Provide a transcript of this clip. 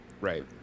Right